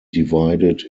divided